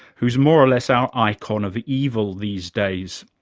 who's more or less our icon of evil these days,